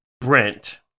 Brent